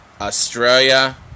Australia